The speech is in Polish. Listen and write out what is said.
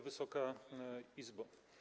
Wysoka Izbo!